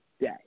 day